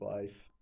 life